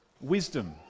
Wisdom